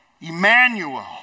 Emmanuel